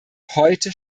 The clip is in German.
heute